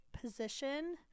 position